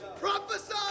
prophesy